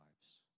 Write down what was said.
lives